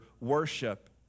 worship